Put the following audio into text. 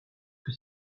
que